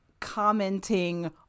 commenting